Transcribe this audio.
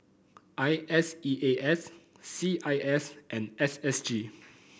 I S E A S C I S and S S G